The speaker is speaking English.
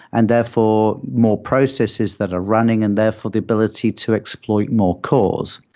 and therefore, more processes that are running, and therefore the ability to exploit more cores.